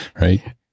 Right